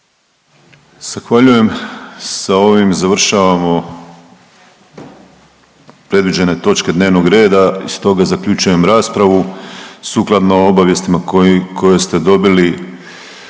Zahvaljujem. Sa ovim završavamo predviđene točke dnevnog reda i stoga zaključujem raspravu. **Jandroković, Gordan